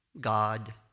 God